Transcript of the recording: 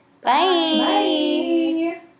Bye